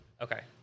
Okay